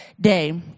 Day